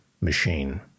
machine